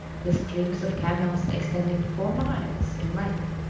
with strings of camels extending for miles in length.